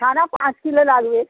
ছানা পাঁচ কিলো লাগবে